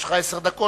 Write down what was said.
יש לך עשר דקות.